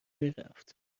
میرفت